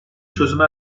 çözüme